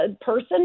person